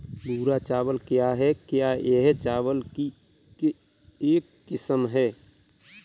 भूरा चावल क्या है? क्या यह चावल की एक किस्म है?